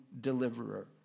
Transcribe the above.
deliverer